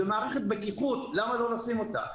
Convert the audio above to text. זו מערכת בטיחות, למה לא לשים אותה?